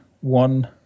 one